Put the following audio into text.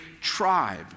tribe